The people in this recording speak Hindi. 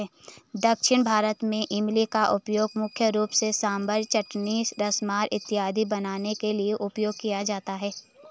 दक्षिण भारत में इमली का उपयोग मुख्य रूप से सांभर चटनी रसम इत्यादि बनाने के लिए किया जाता है